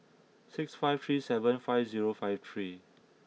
six five three seven five zero five three